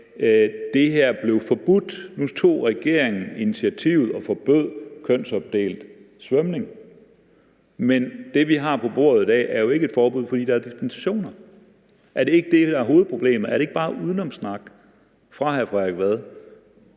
det her blev forbudt, altså at regeringen nu tog initiativet og forbød kønsopdelt svømning. Men det, vi har på bordet her i dag, er jo ikke et forbud, fordi der er dispensationer. Er det ikke det, der er hovedproblemet? Er det ikke bare udenomssnak fra hr. Frederik Vads